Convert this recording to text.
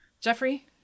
Jeffrey